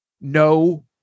No